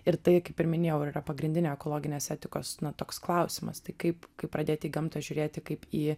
ir tai kaip ir minėjau ir yra pagrindinė ekologinės etikos na toks klausimas tai kaip kaip pradėti gamtą žiūrėti kaip į